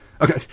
Okay